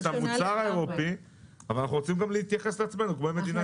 את המוצר האירופי אבל אנחנו רוצים גם להתייחס לעצמנו כאל מדינת אי.